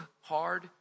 hard